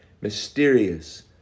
mysterious